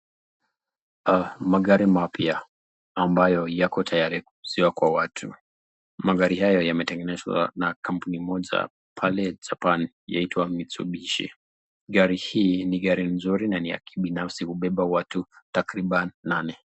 Magari mapya ambayo yako tayari kuuziwa kwa watu. Magari haya yametengenezwa na kampuni moja pale Japan yaitwa Mitsubishi. Gari hii ni gari nzuri na ni ya kibinafsi, hubeba watu takriban nane.